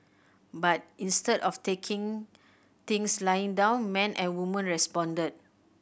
but instead of taking things lying down men and women responded